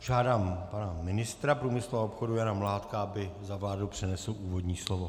Žádám pana ministra průmyslu a obchodu Jana Mládka, aby za vládu přednesl úvodní slovo.